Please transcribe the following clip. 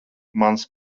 mans